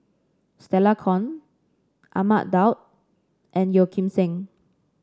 Stella Kon Ahmad Daud and Yeo Kim Seng